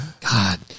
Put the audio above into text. God